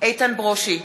איתן ברושי,